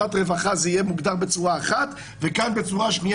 שבוועדת הרווחה זה יהיה מוגדר בצורה אחת וכאן בצורה שנייה.